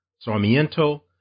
Sarmiento